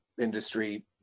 industry